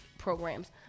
Programs